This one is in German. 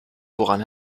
woran